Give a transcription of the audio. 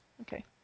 Okay